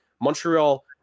Montreal